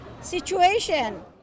situation